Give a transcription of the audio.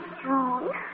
strong